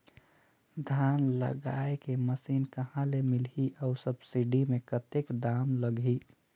धान जगाय के मशीन कहा ले मिलही अउ सब्सिडी मे कतेक दाम लगही?